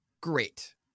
Great